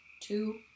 two